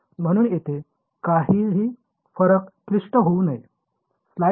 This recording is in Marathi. म्हणून येथे काहीही फारच क्लिष्ट होऊ नये